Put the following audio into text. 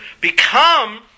become